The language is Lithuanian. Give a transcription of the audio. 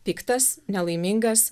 piktas nelaimingas